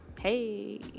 Hey